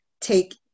take